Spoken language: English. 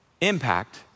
impact